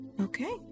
Okay